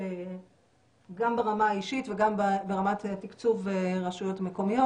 גם ברמה האישית וגם ברמת תקצוב רשויות מקומיות.